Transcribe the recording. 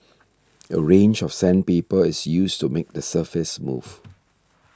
a range of sandpaper is used to make the surface smooth